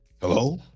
hello